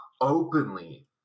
openly